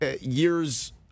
years